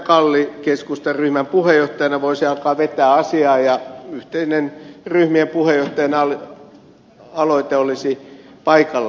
kalli keskustan ryhmän puheenjohtajana voisi alkaa vetää asiaa ja yhteinen ryhmien puheenjohtajien aloite olisi paikallaan